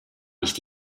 nicht